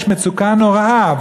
יש מצוקה נוראה,